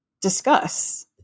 discuss